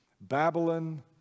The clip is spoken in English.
Babylon